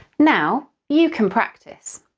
now, you can practice.